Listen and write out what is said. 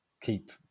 keep